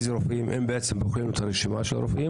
בעצם בוחרים את הרשימה של הרופאים,